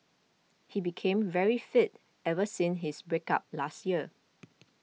he became very fit ever since his break up last year